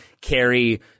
carry